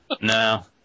No